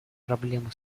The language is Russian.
проблему